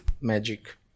magic